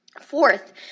Fourth